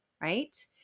right